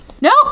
Nope